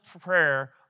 prayer